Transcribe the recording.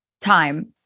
time